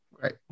Right